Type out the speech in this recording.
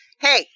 Hey